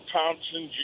Thompson